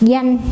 Danh